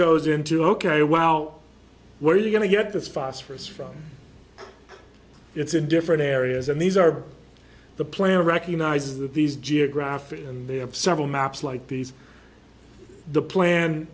goes into ok wow where are you going to get this phosphorous from it's in different areas and these are the plan recognizes that these geographic and they have several maps like these the plan